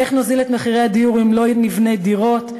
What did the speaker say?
איך נוזיל את מחירי הדיור אם לא נבנה דירות?